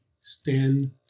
stand